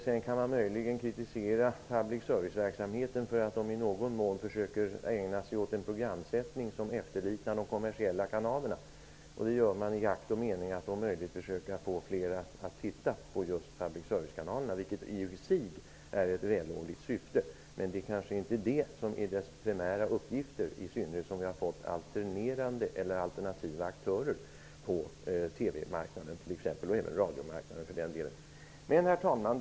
Man kan möjligen kritisera public serviceverksamheten för att den i någon mån försöker ägna sig åt en programsättning som efterliknar de kommersiella kanalerna. Det gör man i akt och mening att om möjligt försöka få fler människor att titta på just public service-kanalerna, vilket i och för sig är ett vällovligt syfte. Men det kanske inte är det som är deras primära uppgifter, i synnerhet inte som vi har fått alternerande eller alternativa aktörer på TV och även radiomarknaden. Herr talman!